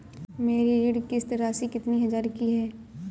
मेरी ऋण किश्त राशि कितनी हजार की है?